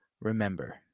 remember